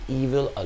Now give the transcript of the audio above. evil